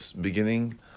beginning